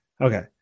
Okay